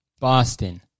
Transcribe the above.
Boston